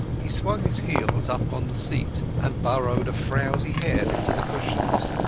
he swung his heels up on the seat, and burrowed a frowsy head into the cushions.